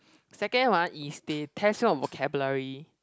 second one is they test you on vocabulary